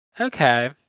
okay